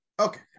Okay